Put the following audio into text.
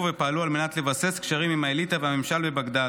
ופעלו על מנת לבסס קשרים עם האליטה והממשל בבגדאד.